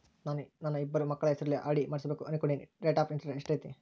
ನಾನು ನನ್ನ ಇಬ್ಬರು ಮಕ್ಕಳ ಹೆಸರಲ್ಲಿ ಆರ್.ಡಿ ಮಾಡಿಸಬೇಕು ಅನುಕೊಂಡಿನಿ ರೇಟ್ ಆಫ್ ಇಂಟರೆಸ್ಟ್ ಎಷ್ಟೈತಿ?